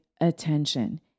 attention